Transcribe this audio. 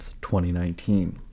2019